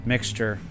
Mixture